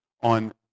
on